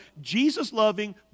Jesus-loving